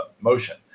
motion